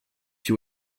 you